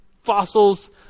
fossils